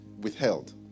withheld